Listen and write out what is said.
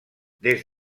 des